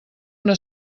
una